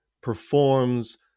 performs